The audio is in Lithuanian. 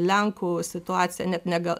lenkų situaciją net ne gal